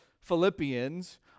Philippians